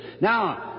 Now